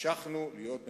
המשכנו להיות מבולבלים.